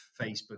Facebook